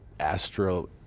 Astro